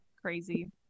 crazy